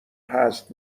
هست